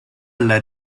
alla